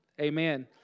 Amen